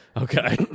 Okay